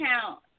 count